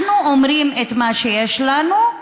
אנחנו אומרים את מה שיש לנו,